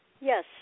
Yes